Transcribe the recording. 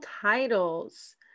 titles